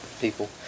people